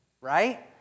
right